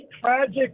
tragic